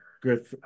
good